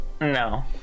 no